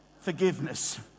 forgiveness